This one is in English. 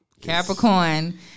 Capricorn